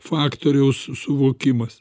faktoriaus suvokimas